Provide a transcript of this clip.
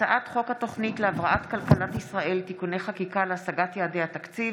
הצעת חוק התוכנית להבראת כלכלת ישראל (תיקוני חקיקה להשגת יעדי התקציב